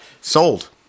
Sold